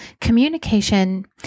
Communication